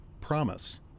promise